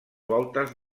voltes